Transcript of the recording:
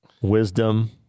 wisdom